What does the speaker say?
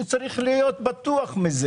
אני צריך להיות בטוח בזה